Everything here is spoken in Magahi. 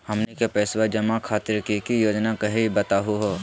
हमनी के पैसवा जमा खातीर की की योजना हई बतहु हो?